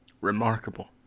Remarkable